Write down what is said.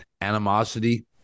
animosity